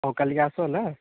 ହଉ କାଲି କି ଆସ ନା